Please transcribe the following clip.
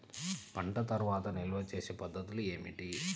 పంట తర్వాత నిల్వ చేసే పద్ధతులు ఏమిటి?